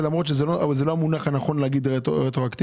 אבל זה לא המונח הנכון להגיד רטרואקטיבי.